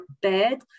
bad